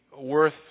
worth